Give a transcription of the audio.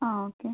ആ ഓക്കെ